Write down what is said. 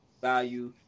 value